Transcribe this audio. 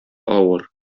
авыр